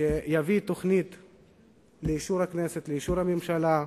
שיביא לאישור הכנסת, לאישור הממשלה,